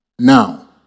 Now